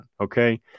okay